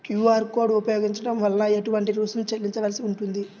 QR code ఉపయోగించటం వలన ఏటువంటి రుసుం చెల్లించవలసి ఉంటుంది?